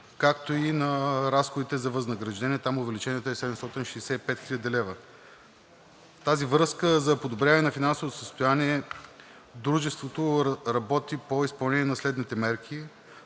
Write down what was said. както и на разходите за възнаграждение – там увеличението е 765 хил. лв. В тази връзка за подобряване на финансовото състояние дружеството работи по изпълнение на следните мерки